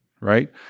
right